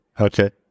Okay